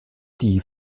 die